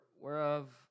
whereof